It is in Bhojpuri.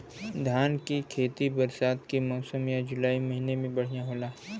धान के खेती बरसात के मौसम या जुलाई महीना में बढ़ियां होला?